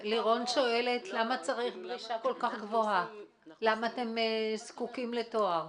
לירון שואלת למה אתם זקוקים לתואר.